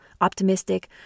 optimistic